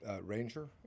ranger